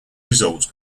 results